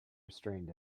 restrained